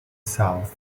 south